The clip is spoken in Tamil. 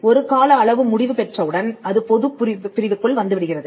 ஒரு கால அளவு முடிவு பெற்றவுடன் அது பொதுப் பிரிவுக்குள் வந்துவிடுகிறது